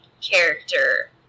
character